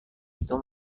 itu